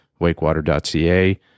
Wakewater.ca